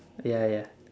ya ya